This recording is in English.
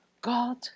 God